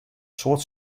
soad